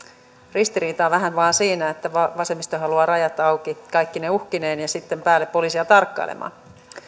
ristiriitaa on vähän vain siinä että vasemmisto haluaa rajat auki kaikkine uhkineen ja sitten päälle poliiseja tarkkailemaan